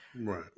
right